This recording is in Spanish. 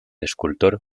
escultor